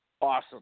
Awesome